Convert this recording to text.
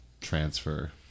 transfer